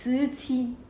十八